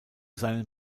seinen